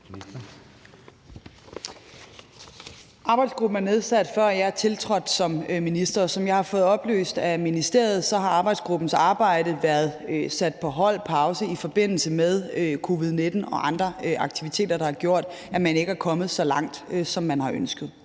Arbejdsgruppen er nedsat, før jeg tiltrådte som minister. Som jeg har fået det oplyst af ministeriet, har arbejdsgruppens arbejde været sat på hold, på pause, i forbindelse med covid-19 og andre aktiviteter, der har gjort, at man ikke er kommet så langt, som man har ønsket.